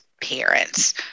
parents